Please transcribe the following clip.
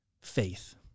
faith